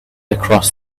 across